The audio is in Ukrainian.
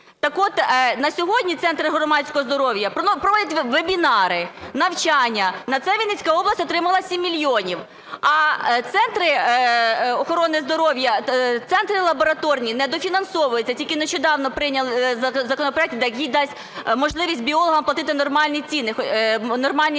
Так от на сьогодні центри громадського здоров'я проводять вебінари, навчання, на це Вінницька область отримала 7 мільйонів. А центри охорони здоров'я, центри лабораторні недофінансовуються, тільки нещодавно прийняли законопроект, який дасть можливість біологам платити нормальні зарплати,